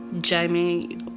Jamie